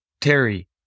Terry